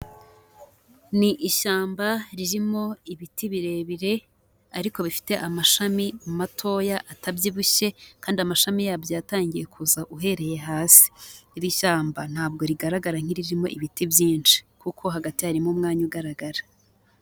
Ni ishyamba ririmo ibiti birebire ariko bifite amashami matoya atabyibushye kandi amashami yabyo yatangiye kuza uhereye hasi, iri shyamba ntabwo rigaragara nk'iririmo ibiti byinshi kuko hagati harimo umwanya ugaragara.